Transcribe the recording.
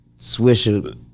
swisher